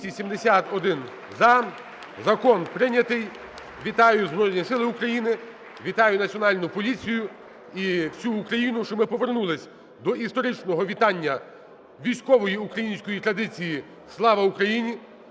271-за. Закон прийнятий. Вітаю Збройні Сили України! Вітаю Національну поліцію і всю Україну, що ми повернулися до історичного вітання військової української традиції "Слава Україні".